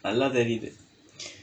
நல்லா தெரியுது:nallaa theriyuthu